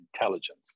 intelligence